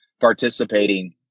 participating